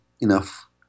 enough